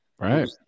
Right